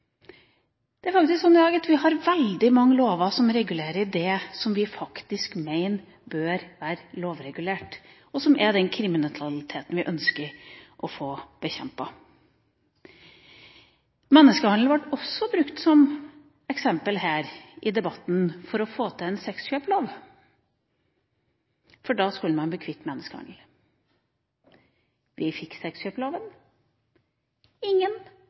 det vi faktisk mener bør være lovregulert, og som er den kriminaliteten vi ønsker å få bekjempet. Menneskehandel var også brukt som eksempel her i debatten for å få til en sexkjøplov, for da skulle man bli kvitt menneskehandel. Vi fikk sexkjøploven. Ingen